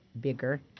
bigger